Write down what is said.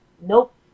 Nope